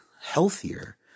Healthier